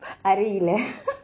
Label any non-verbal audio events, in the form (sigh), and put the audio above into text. அருகில:arugila (noise)